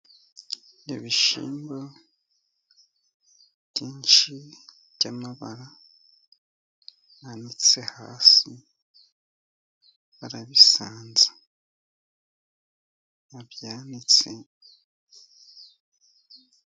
Ibishyimbo byinshi by'amabara , banitse hasi barabisanza ba byanitse,